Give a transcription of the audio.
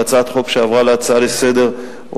בהצעת חוק שעברה להצעה לסדר-היום,